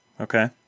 okay